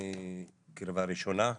מקרבה ראשונה.